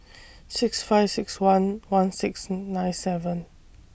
six five six one one six nine seven